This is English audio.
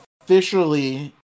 officially